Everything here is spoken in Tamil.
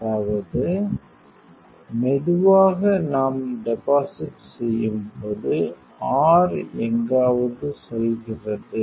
அதாவது மெதுவாக நாம் டெபாசிட் செய்யும்போது r எங்காவது செல்கிறது